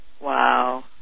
Wow